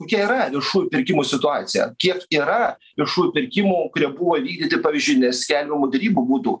kokia yra viešųjų pirkimų situacija kiek yra viešųjų pirkimų kurie buvo įvykdyti pavyzdžiui neskelbiamų derybų būdu